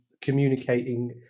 communicating